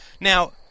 now